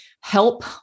help